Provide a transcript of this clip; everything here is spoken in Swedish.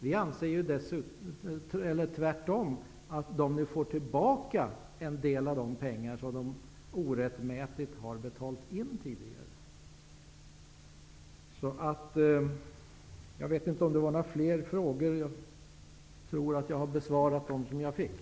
Vi anser tvärtom att företagen nu får tillbaka en del av de pengar som de tidigare orättmätigt har tvingats betala in. Jag tror att jag med detta har besvarat de frågor som jag har fått.